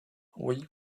oui